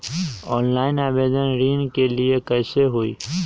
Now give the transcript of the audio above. Online आवेदन ऋन के लिए कैसे हुई?